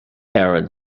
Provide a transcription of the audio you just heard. erin